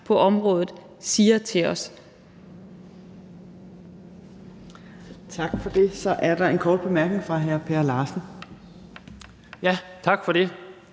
på området, siger til os.